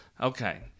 Okay